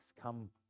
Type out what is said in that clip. come